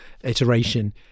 iteration